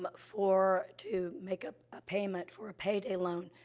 but for to make a a payment for a payday loan,